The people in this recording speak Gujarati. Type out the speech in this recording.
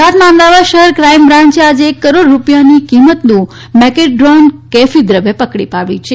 ગુજરાતમાં અમદાવાદ શહેર ક્રાઇમ બ્રાંચે આજે એક કરોડ રૂપિયાની કિંમતનું મેકેડ્રોન કેફી દ્રવ્ય પકડી પાડ્યું છે